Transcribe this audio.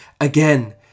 again